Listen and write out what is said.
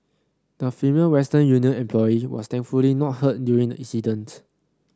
the female Western Union employee was thankfully not hurt during the incident